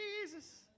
Jesus